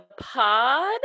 pod